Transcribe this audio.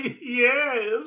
Yes